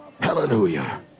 Hallelujah